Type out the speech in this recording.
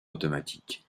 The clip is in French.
automatiques